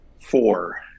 four